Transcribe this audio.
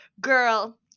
girl